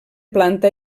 planta